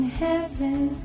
heaven